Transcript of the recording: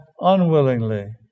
unwillingly